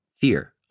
fear